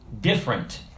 Different